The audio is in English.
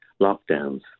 lockdowns